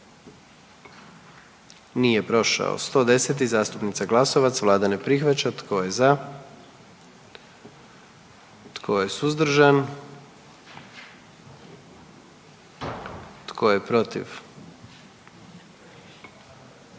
44. Kluba zastupnika SDP-a, vlada ne prihvaća. Tko je za? Tko je suzdržan? Tko je protiv?